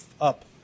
up